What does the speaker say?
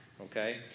okay